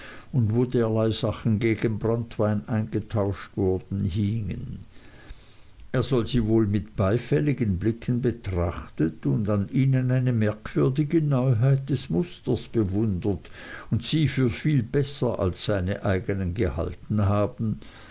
und wo derlei sachen gegen branntwein eingetauscht wurden hingen er soll sie wohl mit beifälligen blicken betrachtet und an ihnen eine merkwürdige neuheit des musters bewundert und sie für viel besser als seine eignen gehalten haben